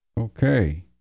Okay